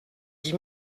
dix